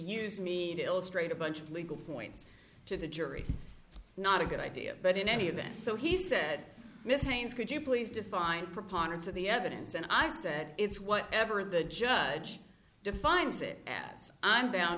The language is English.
use mean illustrate a bunch of legal points to the jury not a good idea but in any event so he said miss haynes could you please define preponderance of the evidence and i said it's whatever the judge defines it as i'm bound